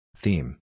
Theme